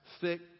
thick